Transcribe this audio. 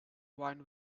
wine